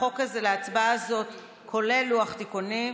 לחוק הזה, כולל לוח תיקונים.